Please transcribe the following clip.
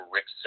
Rick